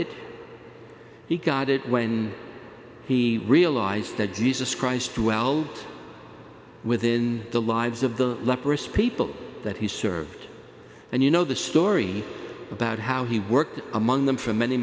it he got it when he realized that jesus christ dwelled within the lives of the leprous people that he served and you know the story about how he worked among them for many